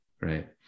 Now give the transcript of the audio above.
Right